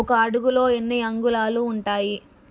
ఒక అడుగులో ఎన్ని అంగుళాలు ఉంటాయి